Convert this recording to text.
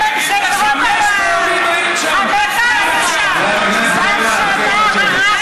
אם היית שם, את יכולה לשבת במקום שלך.